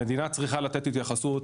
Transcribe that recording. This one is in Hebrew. המדינה צריכה לתת התייחסות